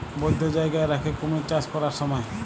বধ্য জায়গায় রাখ্যে কুমির চাষ ক্যরার স্যময়